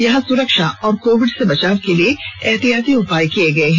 यहां सुरक्षा और कोविड से बचाव के लिए एहतियाती उपाय किये गये हैं